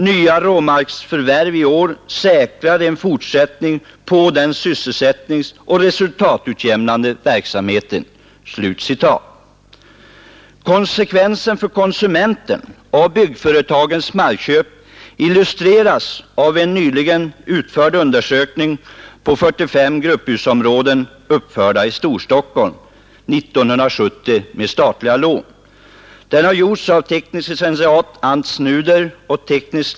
Nya råmarksförvärv i år säkrar en fortsättning på den sysselsättningsoch resultatutjämnande verksamheten.” Konsekvensen för konsumenten av byggföretagens markköp illustreras av en nyligen utförd undersökning av 45 grupphusområden, uppförda i Storstockholm 1970 med statliga lån. Den har gjorts av tekn. lic. Ants Nuder och tekn.